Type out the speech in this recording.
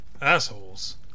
Assholes